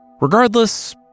Regardless